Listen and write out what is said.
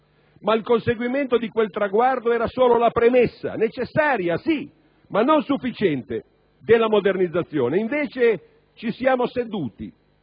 Ma il conseguimento di quel traguardo era solo la premessa - necessaria, sì, ma non sufficiente - della modernizzazione. Invece ci siamo seduti,